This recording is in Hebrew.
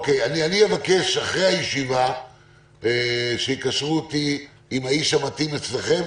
אני אבקש אחרי הישיבה שיקשרו אותי עם האיש המתאים אצלכם,